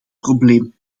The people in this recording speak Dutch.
probleem